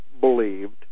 believed